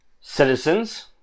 Citizens